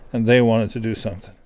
and they wanted to do something